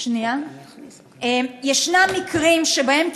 יש מקרים שבהם,